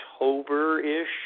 October-ish